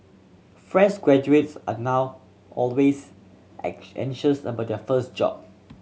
fresh graduates are now always anxious about their first job